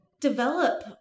develop